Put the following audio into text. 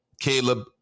Caleb